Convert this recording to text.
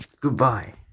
Goodbye